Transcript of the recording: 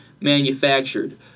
manufactured